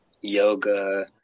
yoga